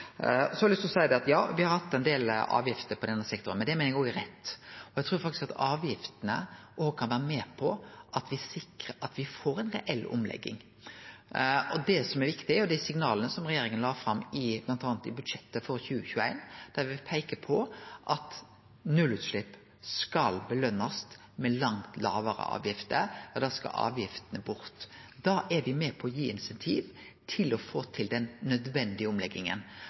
Så har eg lyst til å seie at ja, me har hatt ein del avgifter for denne sektoren, men det meiner eg òg er rett. Eg trur faktisk at avgiftene òg kan vere med på at me sikrar at me får ei reell omlegging. Det som er viktig, er dei signala som regjeringa la fram bl.a. i budsjettet for 2021, der me peiker på at nullutslepp skal påskjønast med langt lågare avgifter. Da skal avgiftene bort. Da er me med på å gi insentiv til å få til den nødvendige omlegginga.